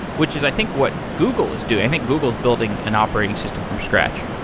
which is, i think, what google is doing. i think google is building an operating system from scratch.